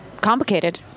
complicated